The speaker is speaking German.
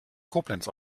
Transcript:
koblenz